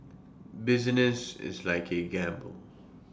business is like A gamble